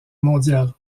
mondial